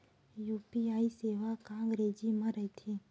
UPI सेवा का अंग्रेजी मा रहीथे?